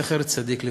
זכר צדיק לברכה.